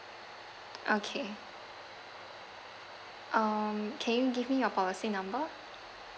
okay um can you give me your policy number